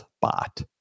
bot